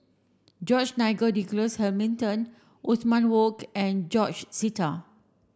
George Nigel Douglas Hamilton Othman Wok and George Sita